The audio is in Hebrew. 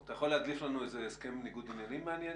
אתה יכול להגיש לנו איזה הסכם ניגוד עניינים מעניין